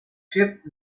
ship